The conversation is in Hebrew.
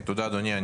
תודה אדוני.